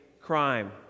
crime